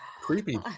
creepy